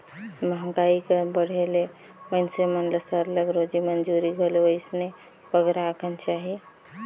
मंहगाई कर बढ़े ले मइनसे मन ल सरलग रोजी मंजूरी घलो अइसने बगरा अकन चाही